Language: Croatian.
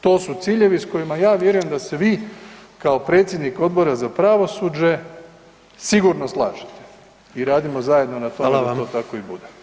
To su ciljevi s kojima ja vjerujem, da se vi kao predsjednik Odbora za pravosuđe sigurno slažete i radimo zajedno na tome da to tako i bude.